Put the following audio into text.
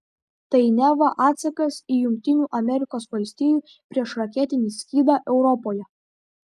tai neva atsakas į jungtinių amerikos valstijų priešraketinį skydą europoje